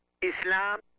Islam